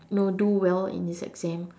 you know do well in his exam